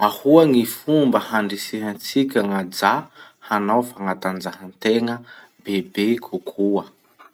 Ahoa gny fomba handrisihantsika gn'ajà hanao fagnatanjahategna bebe kokoa?